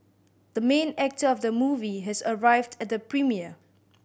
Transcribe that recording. the main actor of the movie has arrived at the premiere